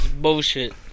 Bullshit